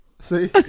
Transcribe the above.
See